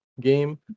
game